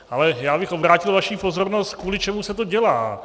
Ale já bych obrátil vaši pozornost, kvůli čemu se to dělá.